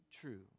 true